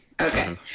Okay